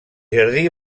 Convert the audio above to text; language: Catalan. jardí